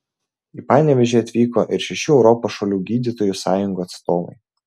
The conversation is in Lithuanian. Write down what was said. į panevėžį atvyko ir šešių europos šalių gydytojų sąjungų atstovai